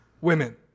women